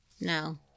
No